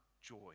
joy